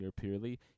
purely